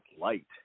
light